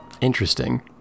Interesting